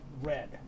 red